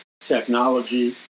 technology